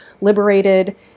liberated